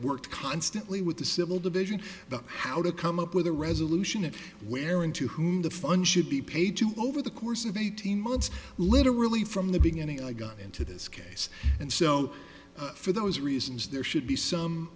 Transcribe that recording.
worked constantly with the civil division about how to come up with a resolution of where and to whom the fun should be paid to over the course of eighteen months literally from the beginning i got into this case and so for those reasons there should be